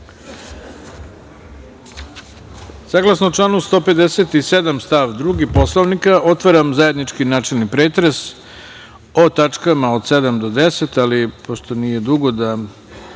članu 157. stav 2. Poslovnika otvaram zajednički načelni pretres o tačkama od 7. do 10, ali pošto nije dugo da